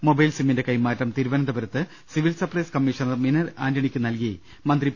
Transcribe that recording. mobile സിമ്മിന്റെ കൈമാറ്റം തിരുവനന്തപു രത്ത് സിവിൽ സപ്ലൈസ് കമ്മീഷണർ മിനി ആന്റണിക്ക് നൽകി മന്ത്രി പി